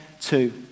two